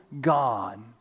God